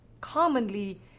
commonly